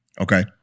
Okay